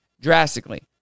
drastically